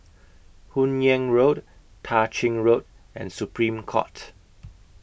Hun Yeang Road Tah Ching Road and Supreme Court